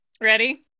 Ready